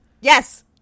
Yes